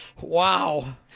Wow